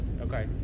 Okay